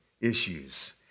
issues